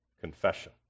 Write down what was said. confession